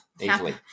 easily